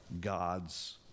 God's